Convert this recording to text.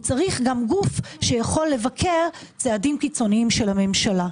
צריך גם גוף שיכול לבקר צעדים קיצוניים של הממשלה